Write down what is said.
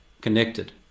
connected